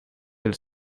del